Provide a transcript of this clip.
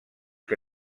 que